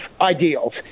ideals